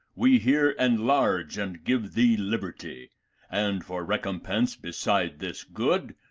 we here enlarge and give thee liberty and, for recompense beside this good,